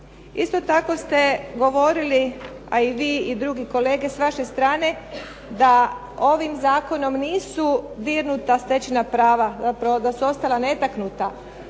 Isto tako ste govorili a i vi i drugi kolege s vaše strane da ovim zakonom nisu dirnuta stečena prava, zapravo da su ostala netaknuta.